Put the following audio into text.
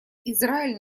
израиль